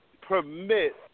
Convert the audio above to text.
permit